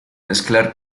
mezclar